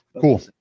Cool